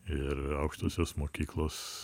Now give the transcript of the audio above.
ir aukštosios mokyklos